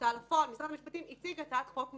ההוצאה לפועל ומשרד המשפטים הציגו הצעת חוק מאוזנת,